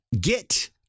get